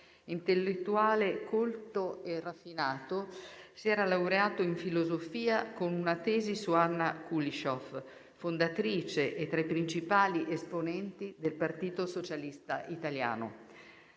Intellettuale colto e raffinato, si era laureato in filosofia con una tesi su Anna Kuliscioff, fondatrice e tra i principali esponenti del Partito Socialista Italiano.